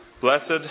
Blessed